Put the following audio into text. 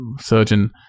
surgeon